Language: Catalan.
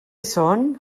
són